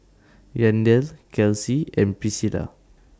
Yandel Kelsi and Pricilla